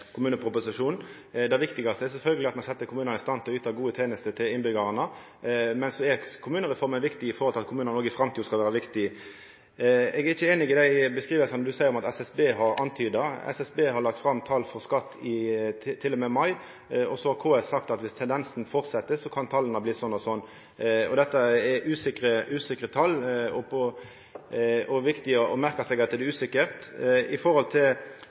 stand til å yta gode tenester til innbyggjarane. Men kommunereforma er viktig når det gjeld at kommunane òg i framtida skal vera viktige. Eg er ikkje einig i dei beskrivingane representanten seier at SSB har antyda. SSB har lagt fram tal for skatt til og med mai, og KS har sagt at dersom tendensen fortset, kan tala bli slik og slik. Dette er usikre tal, og det er viktig å merkja seg at det er